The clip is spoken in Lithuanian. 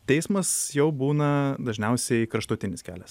teismas jau būna dažniausiai kraštutinis kelias